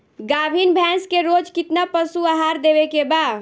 गाभीन भैंस के रोज कितना पशु आहार देवे के बा?